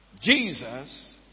Jesus